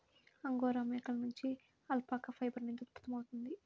angora మేకల నుండి alpaca fibre అనేది ఉత్పత్తవుతుంది